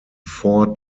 four